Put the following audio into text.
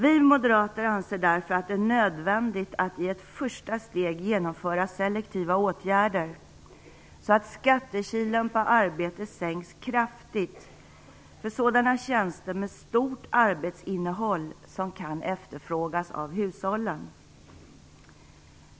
Vi moderater anser därför att det är nödvändigt att i ett första steg genomföra selektiva åtgärder så att skattekilen på arbete sänks kraftigt för sådana tjänster med stort arbetsinnehåll som kan efterfrågas av hushållen.